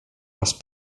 raz